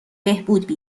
بهبود